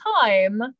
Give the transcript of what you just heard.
time